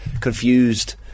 confused